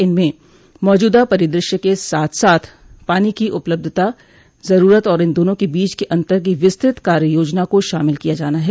इसमें मौजूदा परिदृश्य के साथ साथ पानी की उपलब्धता ज़रूरत और इन दोनों के बीच के अन्तर की विस्तृत कार्य योजना को शामिल किया जाना है